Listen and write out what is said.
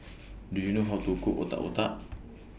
Do YOU know How to Cook Otak Otak